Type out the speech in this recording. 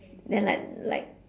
then like like